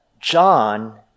John